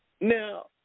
Now